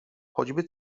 choćby